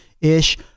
ish